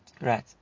Right